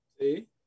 See